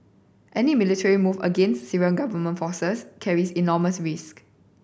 any military move against Syrian government forces carries enormous risk